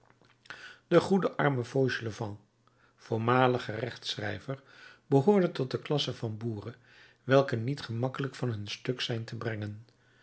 de goede arme fauchelevent voormalig gerechtsschrijver behoorde tot de klasse van boeren welke niet gemakkelijk van hun stuk zijn te brengen